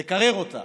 לקרר אותה.